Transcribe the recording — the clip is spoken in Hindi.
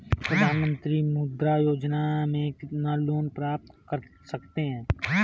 प्रधानमंत्री मुद्रा योजना में कितना लोंन प्राप्त कर सकते हैं?